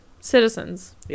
citizens